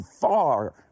far